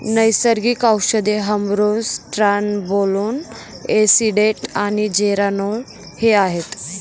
नैसर्गिक औषधे hormones trenbolone acetate आणि जेरानोल हे आहेत